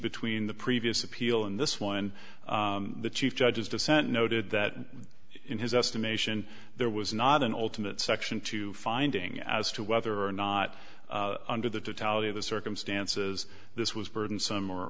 between the previous appeal and this one the chief judges dissent noted that in his estimation there was not an ultimate section two finding as to whether or not under the totality of the circumstances this was burdensome or